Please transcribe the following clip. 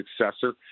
successor